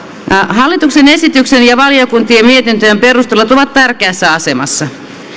hallituksen esityksen ja valiokuntien mietintöjen perustelut ovat tärkeässä asemassa